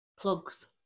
plugs